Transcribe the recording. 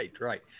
right